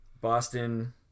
Boston